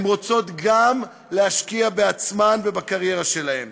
הן רוצות גם להשקיע בעצמן ובקריירה שלהן